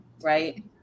right